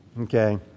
Okay